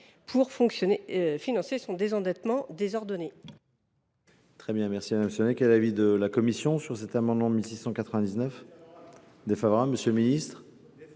pour financer son désendettement désordonné.